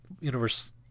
Universe